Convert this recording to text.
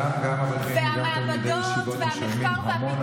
גם אברכים וגם תלמידי ישיבות משלמים המון המון